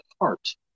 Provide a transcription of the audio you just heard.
heart